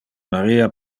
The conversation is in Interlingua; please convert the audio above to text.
maria